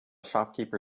shopkeeper